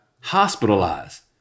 hospitalized